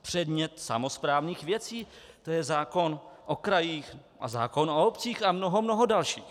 Předmět samosprávných věcí, to je zákon o krajích a o obcích, a mnoho mnoho dalších.